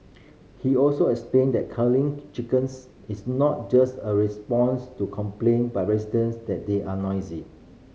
he also explained that culling to chickens is not just a response to complaint by residents that they are noisy